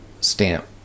stamp